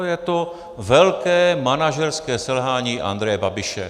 Je to velké manažerské selhání Andreje Babiše.